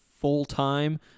full-time